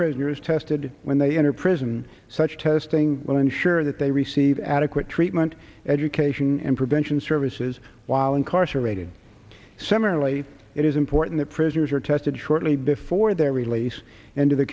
prisoners tested when they enter prison such testing will ensure that they receive adequate treatment education and prevention services while incarcerated similarly it is important that prisoners are tested shortly before th